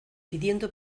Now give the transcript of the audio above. pidiendo